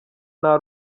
nta